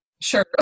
sure